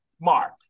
Mark